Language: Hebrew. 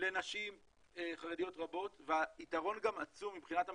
לנשים חרדיות רבות והיתרון גם עצום מבחינת המעסיקים,